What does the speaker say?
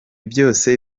byose